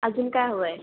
अजून काय हवं आहे